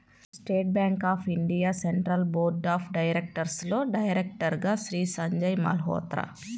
state bank of India central board of డైరెక్టర్స్లో డైరెక్టర్గా శ్రీ సంజయ్ మల్హోత్రా